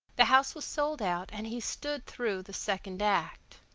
the house was sold out and he stood through the second act.